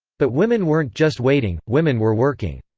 but women weren't just waiting women were working.